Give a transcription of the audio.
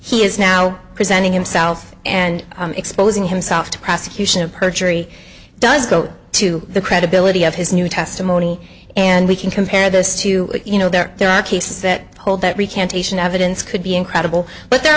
he is now presenting himself and exposing himself to prosecution of perjury does go to the credibility of his new testimony and we can compare this to you know there there are cases that hold that recantation evidence could be incredible but the